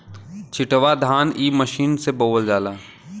छिटवा धान इ मशीन से बोवल जाला